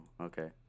okay